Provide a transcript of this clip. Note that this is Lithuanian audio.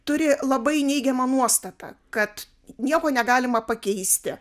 turi labai neigiamą nuostatą kad nieko negalima pakeisti